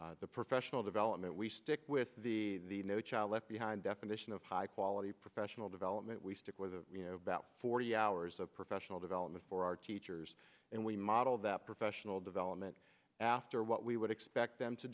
experiences the professional development we stick with the no child left behind definition of high quality professional development we stick with about forty hours of professional development for our teachers and we model that professional development after what we would expect them to